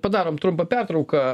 padarom trumpą pertrauką